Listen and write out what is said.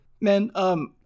Man